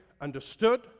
understood